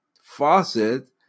faucet